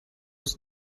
was